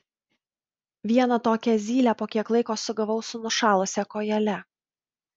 vieną tokią zylę po kiek laiko sugavau su nušalusia kojele